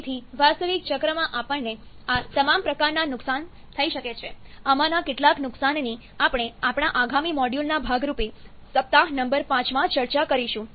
તેથી વાસ્તવિક ચક્રમાં આપણને આ તમામ પ્રકારના નુકસાન થઈ શકે છે આમાંના કેટલાક નુકસાનની આપણે આપણા આગામી મોડ્યુલના ભાગ રૂપે સપ્તાહ નંબર 5 માં ચર્ચા કરીશું